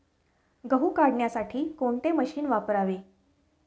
गहू काढण्यासाठी कोणते मशीन वापरावे?